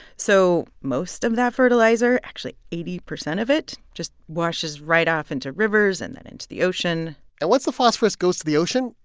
so most of that fertilizer actually, eighty percent of it just washes right off into rivers and then into the ocean and once the phosphorus goes to the ocean,